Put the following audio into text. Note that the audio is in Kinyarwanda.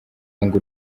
ngo